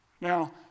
Now